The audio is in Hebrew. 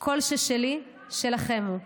כל ששלי שלכם הוא.